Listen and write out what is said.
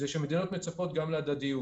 תוכל להתממש בעניין של אישור, נכון?